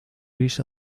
gris